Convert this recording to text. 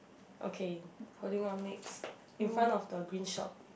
okay holding on next in front of the green shop